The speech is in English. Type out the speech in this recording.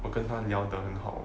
我跟他聊得很好